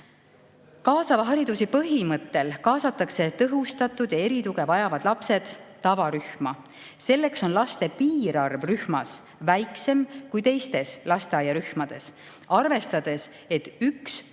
Kaasava hariduse põhimõttel kaasatakse tõhustatud tuge ja erituge vajavad lapsed tavarühma. Selleks on laste piirarv rühmas väiksem kui teistes lasteaiarühmades, arvestades, et üks tõhustatud